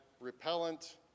repellent